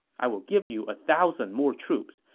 i will give you a thousand more troops,